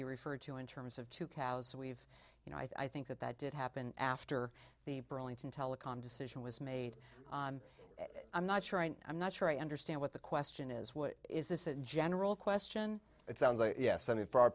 he referred to in terms of two cows we've you know i think that that did happen after the brilliance in telecom decision was made on i'm not sure and i'm not sure i understand what the question is what is this a general question it sounds like yes i mean for our